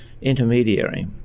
intermediary